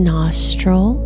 Nostril